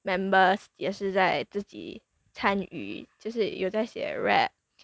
members 也是在自己参与就是有写 rap